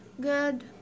good